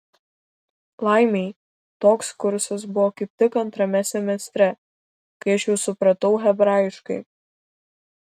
laimei toks kursas buvo kaip tik antrame semestre kai aš jau supratau hebrajiškai